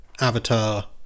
avatar